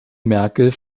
merkel